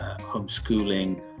homeschooling